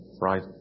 right